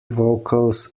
vocals